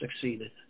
succeeded